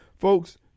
folks